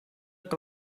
que